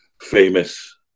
famous